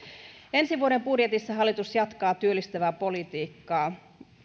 ensi vuoden budjetissa hallitus jatkaa työllistävää politiikkaa